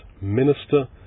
minister